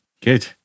Good